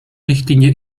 richtlinie